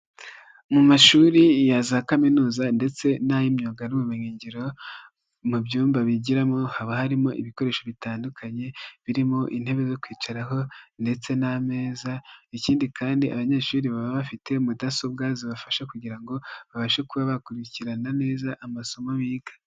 Mu mashuri ya za kaminuza ndetse n'ay' imyuga n'ubumenyingiro, mu byumba bigiramo haba harimo ibikoresho bitandukanye, birimo intebe zo kwicaraho ndetse n'amezaza, ikindi kandi abanyeshuri baba bafite mudasobwa zibafasha kugira ngo babashe kuba bakurikirana neza amasomo biga.